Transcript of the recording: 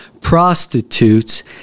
prostitutes